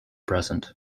present